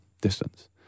distance